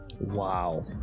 wow